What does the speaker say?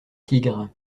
tigre